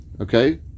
okay